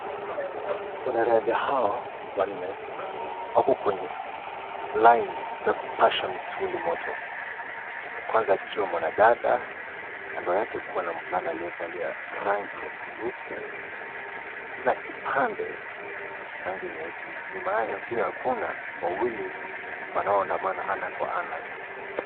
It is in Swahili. Wanariadha hawa wanne wako kwenye laini za kupasha misuli moto. Wa kwanza akiwa mwanadada, kando yake kukiwa na mvulana aliyevalia rangi nyekundu, na kipande rangi nyeusi. Nyuma yake pia kuna wawili wanaoandamana ana kwa ana.